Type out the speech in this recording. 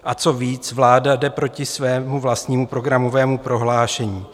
A co víc, vláda jde proti svému vlastnímu programového prohlášení.